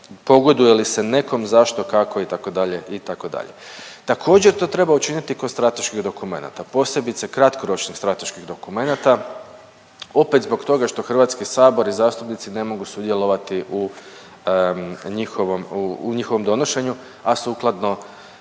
pogoduje li se nekom, zašto, kako itd., itd.. Također to treba učiniti oko strateških dokumenata, posebice kratkoročnih strateških dokumenata opet zbog toga što HS i zastupnici ne mogu sudjelovati u njihovom, u njihovom donošenju, a sukladno